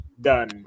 done